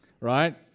right